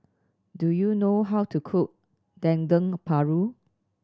do you know how to cook Dendeng Paru